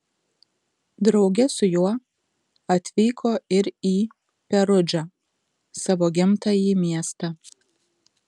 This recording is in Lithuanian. drauge su juo atvyko ir į perudžą savo gimtąjį miestą